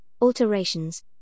alterations